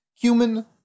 cumin